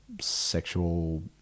sexual